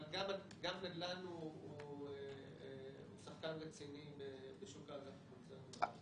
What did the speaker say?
אבל גם נדל"ן הוא שחקן רציני בשוק האג"ח הקונצרני.